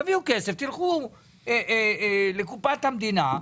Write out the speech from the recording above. תלכו לקופת המדינה,